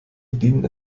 dienen